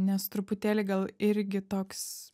nes truputėlį gal irgi toks